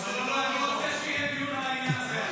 אני רוצה שיהיה דיון בעניין הזה.